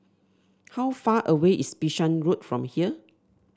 how far away is Bishan Road from here